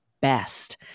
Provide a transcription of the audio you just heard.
best